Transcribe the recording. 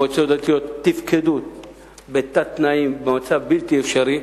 המועצות הדתיות תפקדו בתת-תנאים, במצב בלתי אפשרי.